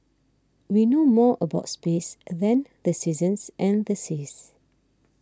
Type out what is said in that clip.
we know more about space than the seasons and the seas